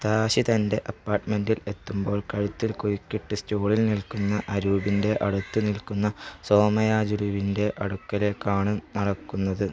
താഷി തൻ്റെ അപ്പാർട്ട്മെൻറ്റിൽ എത്തുമ്പോൾ കഴുത്തിൽ കുരുക്കിട്ട് സ്റ്റൂളിൽ നിൽക്കുന്ന അരൂപിൻ്റെ അടുത്ത് നിൽക്കുന്ന സോമയാജുലുവിൻ്റെ അടുക്കലേക്കാണ് നടക്കുന്നത്